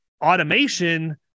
automation